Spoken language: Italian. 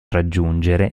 raggiungere